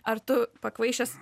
ar tu pakvaišęs